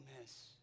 miss